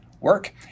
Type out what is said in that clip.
work